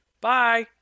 Bye